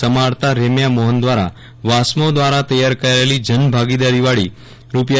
સમાહર્તા રેમ્યા મોહન દ્વારા વાસ્મો દ્વારા તૈયાર કરાયેલી જનભાગીદારીવાળી રૂા